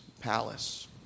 palace